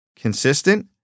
consistent